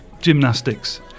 gymnastics